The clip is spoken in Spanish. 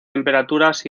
temperaturas